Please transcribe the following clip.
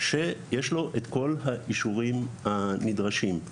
שיש לו את כל האישורים הנדרשים.